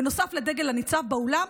"בנוסף לדגל הניצב באולם,